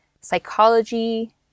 psychology